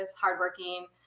hardworking